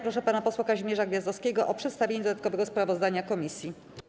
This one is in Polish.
Proszę pana posła Kazimierza Gwiazdowskiego o przedstawienie dodatkowego sprawozdania komisji.